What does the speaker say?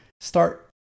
Start